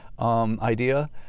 Idea